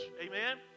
amen